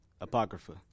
Apocrypha